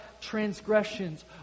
transgressions